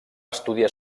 estudiar